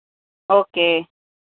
okay